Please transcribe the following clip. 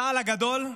צה"ל הגדול,